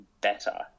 better